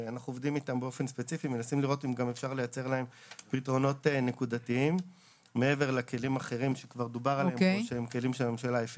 האופציה של יצירת פתרונות נקודתיים מעבר לכלים הממשלתיים.